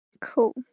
Cool